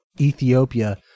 Ethiopia